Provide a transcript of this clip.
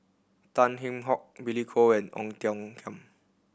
Tan Kheam Hock Billy Koh and Ong Tiong Khiam